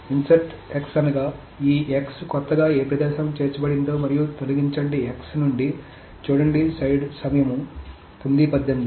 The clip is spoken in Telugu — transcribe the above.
ఇన్సర్ట్ అనగా ఈ x కొత్తగా ఏ ప్రదేశానికి చేర్చబడిందో మరియు తొలగించండి నుండి చూడండి సమయం 0918